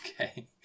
Okay